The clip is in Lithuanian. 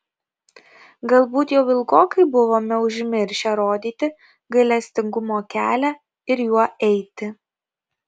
galbūt jau ilgokai buvome užmiršę rodyti gailestingumo kelią ir juo eiti